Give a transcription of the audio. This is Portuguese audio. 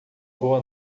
boa